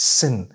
sin